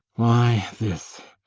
why this,